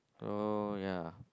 oh yeah